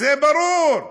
זה ברור.